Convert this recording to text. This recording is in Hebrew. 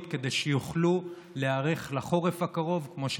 כדי שיוכלו להיערך לחורף הקרוב כמו שצריך.